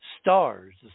stars